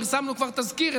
פרסמנו כבר תזכיר,